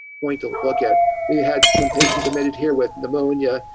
point to look at. we had some patients admitted here with pneumonia.